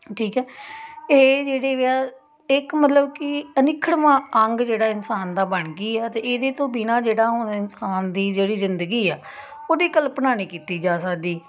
ਠੀਕ ਹੈ ਇਹ ਜਿਹੜੀ ਵੀ ਆ ਇੱਕ ਮਤਲਬ ਕਿ ਅਨਿੱਖੜਵਾਂ ਅੰਗ ਜਿਹੜਾ ਇਨਸਾਨ ਦਾ ਬਣ ਗਈ ਹੈ ਅਤੇ ਇਹਦੇ ਤੋਂ ਬਿਨਾਂ ਜਿਹੜਾ ਹੁਣ ਇਨਸਾਨ ਦੀ ਜਿਹੜੀ ਜ਼ਿੰਦਗੀ ਆ ਉਹਦੀ ਕਲਪਨਾ ਨਹੀਂ ਕੀਤੀ ਜਾ ਸਕਦੀ